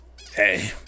Hey